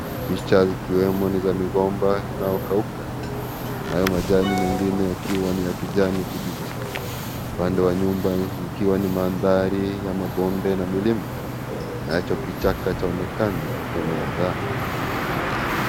Picha zikiwemo ni za migomba inayokauka nayo majani mengine yakiwa ni ya kijani kibichi , upandee wa nyuma ikiwa ni mandhari ya mabonde na milima nacho kichaka chaonekana kupenyeza.